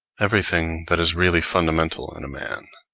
everything that is really fundamental in a man,